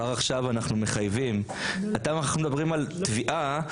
אנחנו מדברים על תביעה,